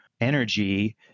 energy